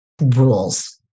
rules